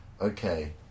Okay